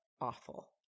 awful